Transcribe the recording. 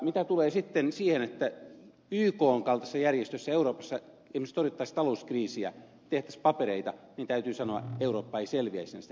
mitä tulee sitten siihen että ykn kaltaisessa järjestössä euroopassa esimerkiksi torjuttaisiin talouskriisiä tehtäisiin papereita niin täytyy sanoa että eurooppa ei selviäisi näistä kriiseistä